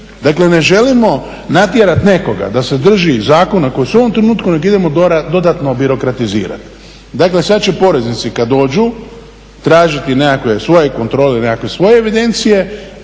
dakle ne želimo natjerati nekoga da se drži zakona koji su u ovom trenutku, nego idemo dodatno birokratizirati. Dakle, sad će poreznici kad dođu tražiti nekakve svoje kontrole ili nekakve svoje evidencije,